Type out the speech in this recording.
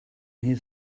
his